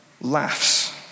laughs